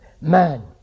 man